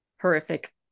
horrific